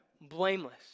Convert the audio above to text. blameless